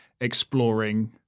exploring